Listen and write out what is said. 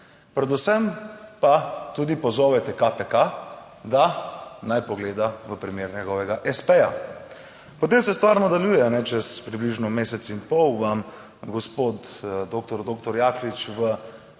predvsem pa tudi pozovete KPK, da naj pogleda v primer njegovega espeja. Potem se stvar nadaljuje čez približno mesec in pol vam, gospod doktor